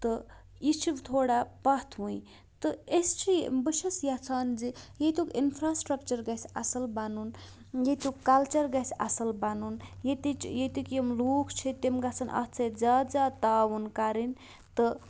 تہٕ یہِ چھِ تھوڑا پَتھ وٕنۍ تہٕ أسۍ چھِ بہٕ چھٮ۪س یَژھان زِ ییٚتیُٚک اِنفرٛاسرٛکچَر گژھِ اَصٕل بَنُن ییٚتیُٚکۍ کَلچَر گژھِ اَصٕل بَنُن ییٚتِچ ییٚتیُٚک یِم لوٗکھ چھِ تِم گژھن اَتھ سۭتۍ زیادٕ زیادٕ تعاوُن کَرٕنۍ تہٕ